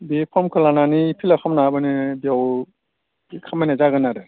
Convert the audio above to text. बे फर्मखौ लानानै फिलाप खालामना होबानो बेयाव बे खामानिया जागोन आरो